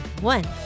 One